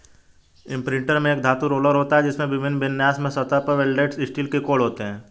imprinter में एक धातु रोलर होता है, जिसमें विभिन्न विन्यासों में सतह पर वेल्डेड स्टील के कोण होते हैं